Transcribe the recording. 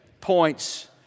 points